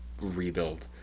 rebuild